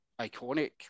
iconic